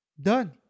Done